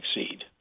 succeed